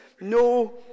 No